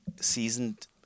seasoned